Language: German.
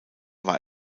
war